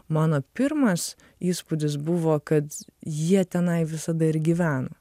mano pirmas įspūdis buvo kad jie tenai visada ir gyveno